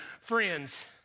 friends